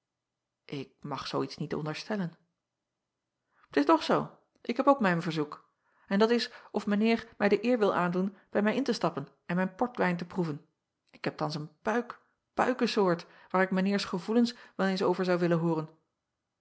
k mag zoo iets niet onderstellen t s toch zoo ik heb ook mijn verzoek en dat is of mijn eer mij de eer wil aandoen bij mij in te stappen en mijn portwijn te proeven ik heb thans een puik puike soort waar ik mijn eers gevoelen wel eens over zou willen hooren